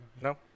no